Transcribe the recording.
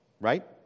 Right